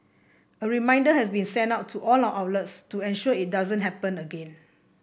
a reminder has been sent out to all our outlets to ensure it doesn't happen again